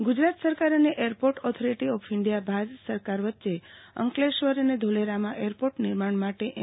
you Gujarat સરકાર અને airport authority of India Bharat સરકાર વચ્ચે અંકલેશ્વર અને ધોલેરામાં એરપોર્ટ નિર્માણ માટે એમ